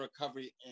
recovery